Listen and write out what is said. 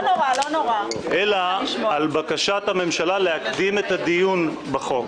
אלא על בקשת הממשלה להקדים את הדיון בחוק.